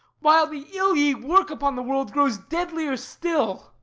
while the ill ye work upon the world grows deadlier still?